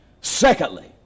Secondly